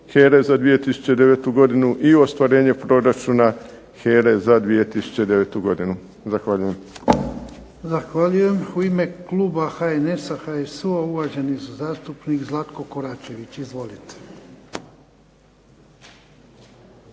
za 2009. godinu i ostvarenje proračuna HERA-e za 2009. godinu. Zahvaljujem. **Jarnjak, Ivan (HDZ)** Zahvaljujem. U ime kluba HNS-HSU-a uvaženi zastupnik Zlatko Koračević. Izvolite.